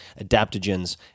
adaptogens